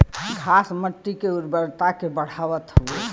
घास मट्टी के उर्वरता के बढ़ावत हउवे